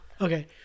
Okay